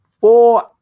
Four